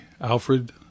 Alfred